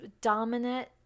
dominant